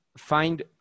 Find